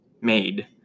made